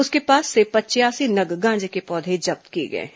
उसके पास से पचयासी नग गांजे के पौधे जब्त किए गए हैं